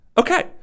Okay